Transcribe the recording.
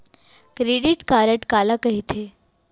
Credit card काला कहिथे?